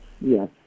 Yes